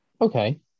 Okay